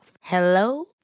Hello